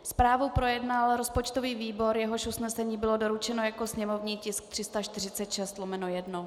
Zprávu projednal rozpočtový výbor, jehož usnesení bylo doručeno jako sněmovní tisk 346/1.